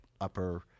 upper